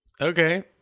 Okay